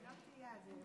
הרמתי יד.